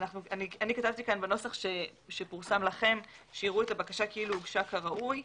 אני כתבתי בנוסח שפורסם לכם שיראו את הבקשה כאילו הוגשה כראוי.